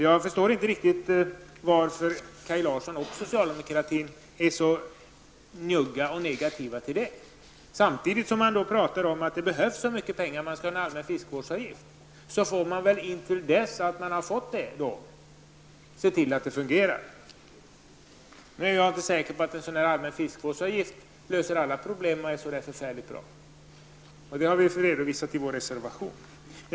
Jag förstår inte riktigt varför Kaj Larsson och socialdemokratin år så njugga och negativa till det. Samtidigt talar man ju om att det behövs mycket pengar, och man ville införa en allmän fiskevårdsavgift. Men fram till dess att en sådan är införd måste man se till att det hela fungerar. Nu är jag inte säker på att en allmän fiskevårdsavgift löser alla problem, något som vi också har redovisat i vår reservation.